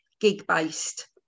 gig-based